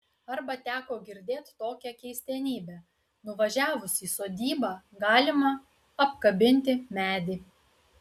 arba teko girdėt tokią keistenybę nuvažiavus į sodybą galima apkabinti medį